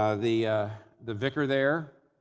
ah the the vicar there,